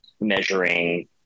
measuring